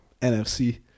NFC